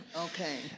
Okay